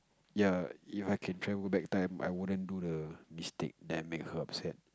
ya If I can travel back time I wouldn't do the mistake that made her upset